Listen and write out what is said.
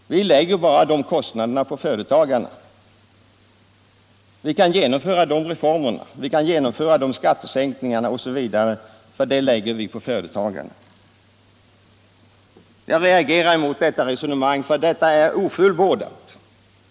Man för det enkla resonemanget att vi kan genomföra reformerna och skattesänkningarna osv. därför att kostnaderna läggs på företagarna. Jag reagerar mot detta resonemang, eftersom det är ofullbordat.